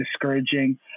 discouraging